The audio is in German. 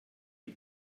die